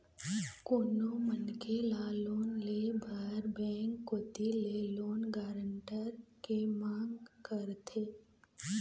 कोनो मनखे ल लोन ले बर बेंक कोती ले लोन गारंटर के मांग करथे